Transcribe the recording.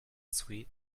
sweet